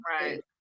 Right